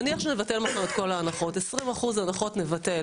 נניח שנבטל מחר את כל ההנחות 20% הנחה נבטל